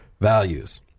values